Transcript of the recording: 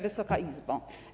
Wysoka Izbo!